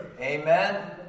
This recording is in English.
Amen